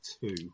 two